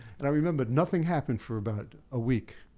and i remember nothing happened for about a week.